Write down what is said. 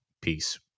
Peace